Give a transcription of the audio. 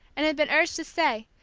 and had been urged to stay,